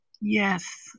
yes